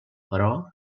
però